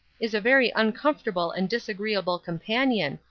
is a very uncomfortable and disagreeable companion,